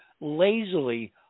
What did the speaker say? lazily